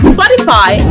Spotify